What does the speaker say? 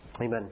Amen